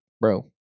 Bro